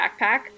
backpack